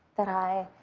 that i